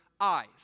eyes